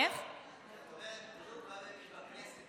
תסתכלי על הימים שיש בכנסת,